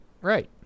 Right